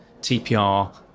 TPR